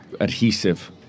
adhesive